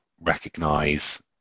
recognize